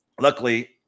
Luckily